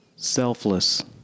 Selfless